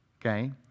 okay